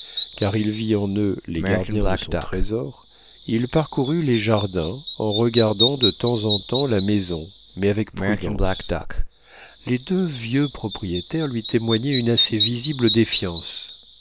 car il vit en eux les gardiens de son trésor il parcourut les jardins en regardant de temps en temps la maison mais avec prudence les deux vieux propriétaires lui témoignaient une assez visible défiance